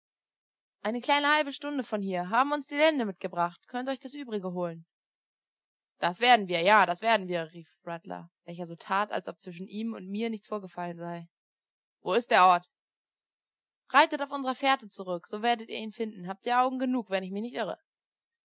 eine kleine halbe stunde von hier haben uns die lende mitgebracht könnt euch das übrige holen das werden wir ja das werden wir rief rattler welcher so tat als ob zwischen ihm und mir nichts vorgefallen sei wo ist der ort reitet auf unserer fährte zurück so werdet ihr ihn finden habt ja augen genug wenn ich mich nicht irre